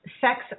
sex